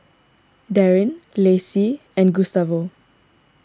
Darrin Lacie and Gustavo